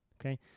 okay